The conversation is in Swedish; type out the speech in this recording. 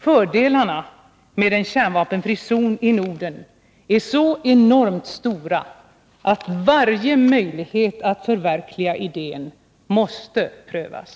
Fördelarna med en kärnvapenfri zon i Norden är så enormt stora, att varje möjlighet att förverkliga idén måste prövas.